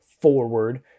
forward